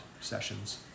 sessions